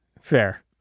Fair